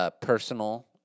Personal